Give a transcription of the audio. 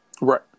Right